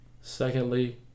Secondly